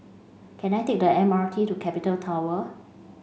can I take the M R T to Capital Tower